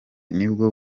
nibwo